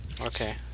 Okay